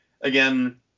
again